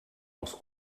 els